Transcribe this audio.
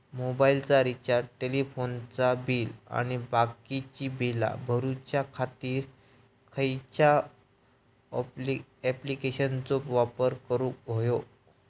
मोबाईलाचा रिचार्ज टेलिफोनाचा बिल आणि बाकीची बिला भरूच्या खातीर खयच्या ॲप्लिकेशनाचो वापर करूक होयो?